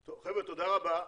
טוב, חבר'ה, תודה רבה.